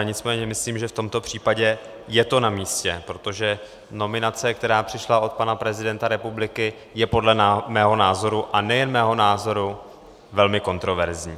Nicméně myslím, že v tomto případě je to namístě, protože nominace, která přišla od pana prezidenta republiky, je podle mého názoru, a nejen mého, velmi kontroverzní.